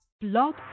Blog